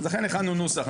לכן הכנו נוסח.